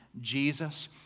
Jesus